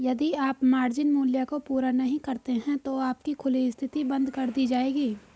यदि आप मार्जिन मूल्य को पूरा नहीं करते हैं तो आपकी खुली स्थिति बंद कर दी जाएगी